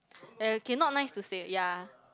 uh okay nice to say yeah